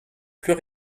plus